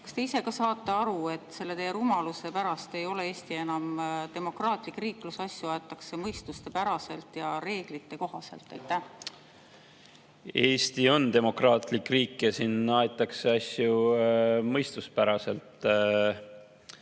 Kas te ise ka saate aru, et teie selle rumaluse pärast ei ole Eesti enam demokraatlik riik, kus asju aetakse mõistuspäraselt ja reeglitekohaselt? Eesti on demokraatlik riik ja siin aetakse asju mõistuspäraselt.